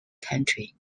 county